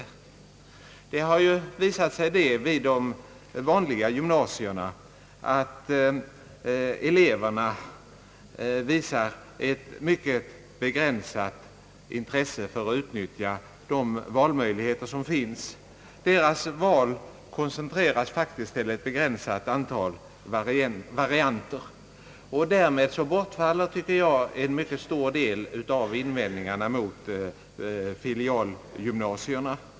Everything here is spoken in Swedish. Vid de vanliga gymnasierna har det visat sig att eleverna ådagalägger ett mycket begränsat intresse för att utnyttja de valmöjligheter i fråga om olika ämneslinjer som finns. Deras val koncentreras faktiskt till ett begränsat antal ämnesvarianter. Därmed bortfaller en stor del av invändningarna mot filialgymnasierna.